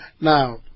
Now